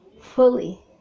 fully